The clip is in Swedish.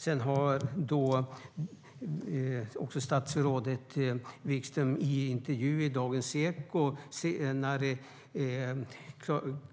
Senare har statsrådet Wikström i en intervju i Dagens Eko